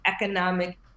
economic